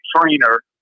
trainer